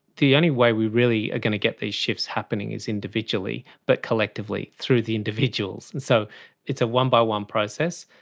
the only way we really are going to get the shifts happening is individually, but collectively through the individuals. and so it's a one by one process.